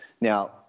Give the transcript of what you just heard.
Now